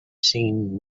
seen